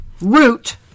root